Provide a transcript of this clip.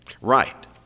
Right